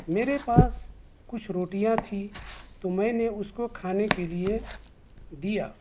میرے پاس کچھ روٹیاں تھیں تو میں نے اس کو کھانے کے لیے دیا